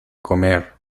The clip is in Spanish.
comer